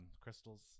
crystals